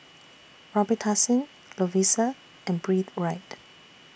Robitussin Lovisa and Breathe Right